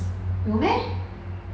有 meh